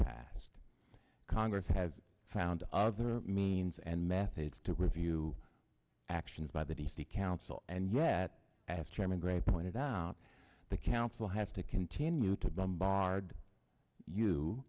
passed congress has found other means and methods to review actions by the d c council and yet as chairman gray pointed out the council has to continue to bombard you